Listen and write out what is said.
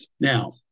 Now